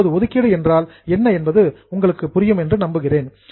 இப்போது ஒதுக்கீடு என்றால் என்ன என்பது உங்களுக்கு புரியும் என்று நம்புகிறேன்